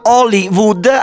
Hollywood